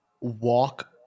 walk